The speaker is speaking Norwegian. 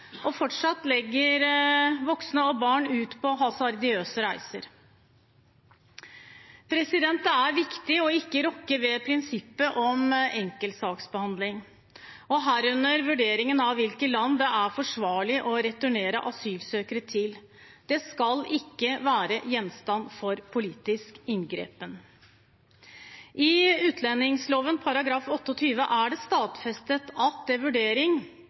Fortsatt legger voksne og barn ut på hasardiøse reiser. Det er viktig ikke å rokke ved prinsippet om enkeltsaksbehandling, herunder vurderingen av hvilke land det er forsvarlig å returnere asylsøkere til. Det skal ikke være gjenstand for politisk inngripen. I utlendingsloven § 28 er det stadfestet at det ved vurdering